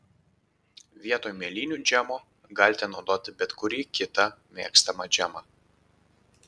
vietoj mėlynių džemo galite naudoti bet kurį kitą mėgstamą džemą